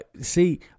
See